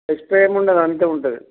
extra ఏమి ఉండదు అంతే ఉంటుంది